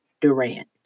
Durant